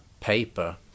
paper